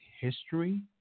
History